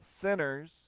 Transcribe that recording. sinners